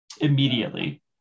immediately